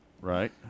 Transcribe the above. Right